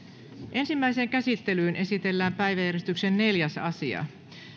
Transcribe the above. ensimmäiseen käsittelyyn esitellään päiväjärjestyksen neljäs asia